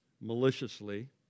maliciously